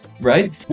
right